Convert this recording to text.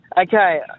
Okay